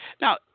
Now